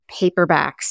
paperbacks